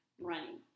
running